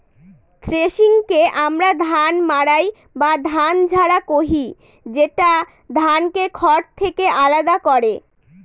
থ্রেশিংকে আমরা ধান মাড়াই বা ধান ঝাড়া কহি, যেটা ধানকে খড় থেকে আলাদা করে